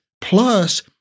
plus